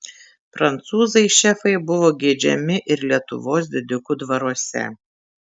prancūzai šefai buvo geidžiami ir lietuvos didikų dvaruose